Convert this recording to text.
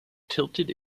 tilted